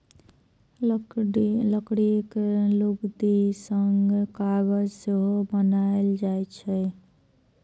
लकड़ीक लुगदी सं कागज सेहो बनाएल जाइ छै